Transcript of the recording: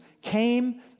came